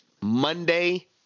Monday